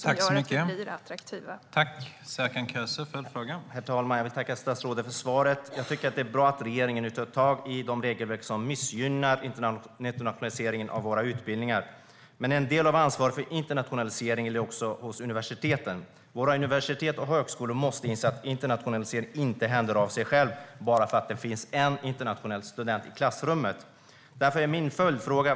Herr talman! Jag tackar statsrådet för svaret. Det är bra att regeringen tar tag i de regelverk som missgynnar internationaliseringen av våra utbildningar. Men en del av ansvaret för internationaliseringen ligger hos universiteten. Våra universitet och högskolor måste inse att internationalisering inte händer av sig själv bara för att det finns en internationell student i klassrummet.